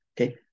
okay